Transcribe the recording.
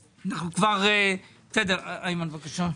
איימן, בבקשה.